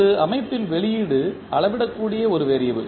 ஒரு அமைப்பின் வெளியீடு அளவிடக்கூடிய ஒரு வேறியபிள்